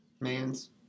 Man's